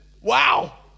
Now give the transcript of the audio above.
Wow